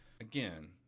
Again